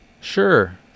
sure